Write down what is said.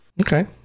okay